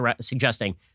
suggesting